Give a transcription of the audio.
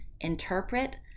interpret